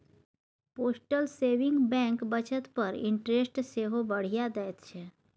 postal saving bank बचत पर interest सेहो बढ़ियाँ दैत छै